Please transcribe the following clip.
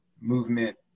movement